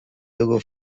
dugu